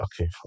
okay